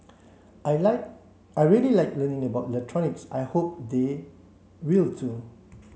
I like I really like learning about electronics and I hope they will too